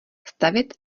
stavět